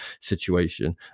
situation